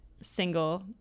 single